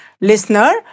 listener